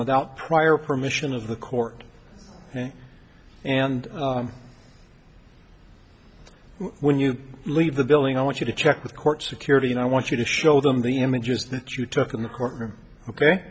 without prior permission of the court and when you leave the building i want you to check with court security and i want you to show them the images that you took in the courtroom